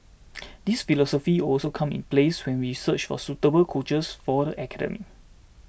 this philosophy also come in plays when we search for suitable coaches for the academy